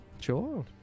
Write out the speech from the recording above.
sure